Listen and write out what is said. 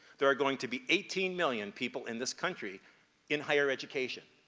there are going to be eighteen million people in this country in higher education.